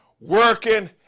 working